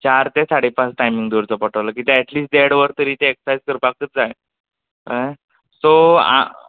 चार ते साडे पांच टायमींग दवरचो पडटलो एटलिस्ट देड वर तरी ती एक्सरसाइज करुंकूच जाय सो